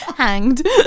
hanged